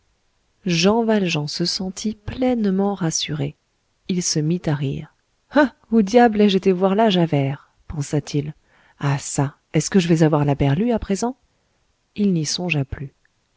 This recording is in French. jean valjean se sentit pleinement rassuré il se mit à rire où diable ai-je été voir là javert pensa-t-il ah çà est-ce que je vais avoir la berlue à présent il n'y songea plus